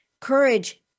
Courage